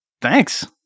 Thanks